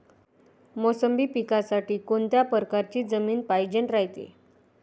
मोसंबी पिकासाठी कोनत्या परकारची जमीन पायजेन रायते?